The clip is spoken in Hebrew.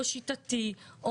שיטתי,